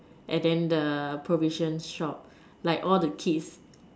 and then the provision shop like all the kids